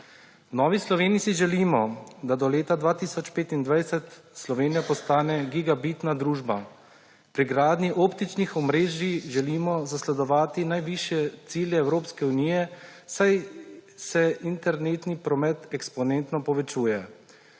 Novi Sloveniji si želimo, da do leta 2025 Slovenija postane gigabitna družba. Pri gradnji optičnih omrežij želimo zasledovati najvišje cilje Evropske unije, saj se internetni promet eksponentno povečuje.